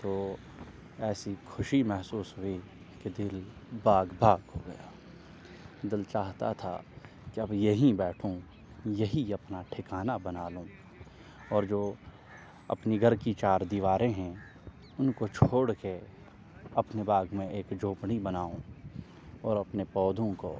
تو ایسی خوشی محسوس ہوئی کہ دل باغ باغ ہو گیا دل چاہتا تھا کہ اب یہیں بیٹھوں یہی اپنا ٹھکانہ بنا لوں اور جو اپنی گھر کی چار دیواریں ہیں ان کو چھوڑ کے اپنے باغ میں ایک جھوپڑی بناؤں اور اپنے پودوں کو